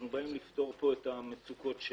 אנחנו באים לפתור את הבעיות שלנו.